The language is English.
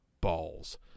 balls